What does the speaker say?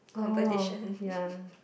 oh ya